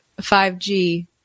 5G